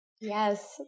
Yes